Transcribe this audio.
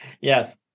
Yes